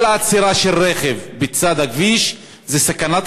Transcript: כל עצירה של רכב בצד הכביש זו סכנת